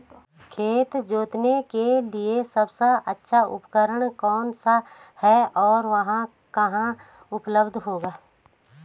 खेत जोतने के लिए सबसे अच्छा उपकरण कौन सा है और वह कहाँ उपलब्ध होगा?